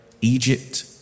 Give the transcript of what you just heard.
Egypt